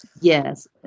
Yes